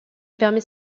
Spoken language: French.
permet